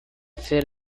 ser